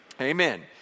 Amen